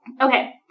okay